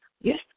Yes